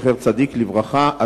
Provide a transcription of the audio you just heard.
זכר צדיק לברכה,